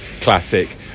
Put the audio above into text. classic